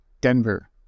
Denver